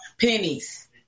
Pennies